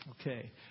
Okay